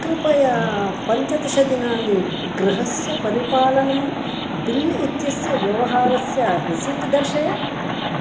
कृपया पञ्चदशदिनानि गृहस्य परिपालनं बिल् इत्यस्य व्यवहारस्य रिसीट् दर्शय